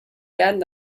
werden